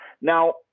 Now